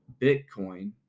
Bitcoin